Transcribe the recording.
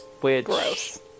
Gross